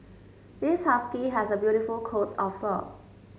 this husky has a beautiful coat of fur